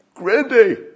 Grande